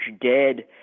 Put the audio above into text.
dead